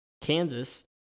Kansas